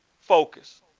focus